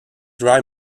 dry